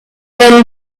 then